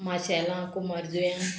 माशेलां कुमारजुव्यां